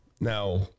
Now